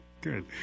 good